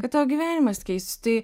kad tavo gyvenimas keistųsi tai